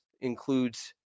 includes